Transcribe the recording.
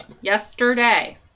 yesterday